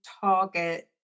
target